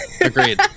agreed